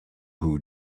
who